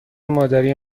مادری